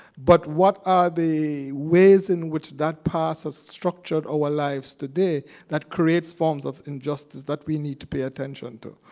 but what are the ways in which that past has structured our lives today that creates forms of injustice that we need to pay attention to.